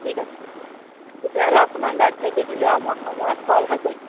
ঠিক আছে তেতিয়াহ'লে আপোনাক দায়িত্বটো দিলোঁ আৰু মই সময়ত কলহে কৰিম